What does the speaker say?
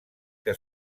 que